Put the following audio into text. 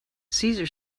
caesar